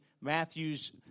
Matthew's